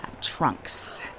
trunks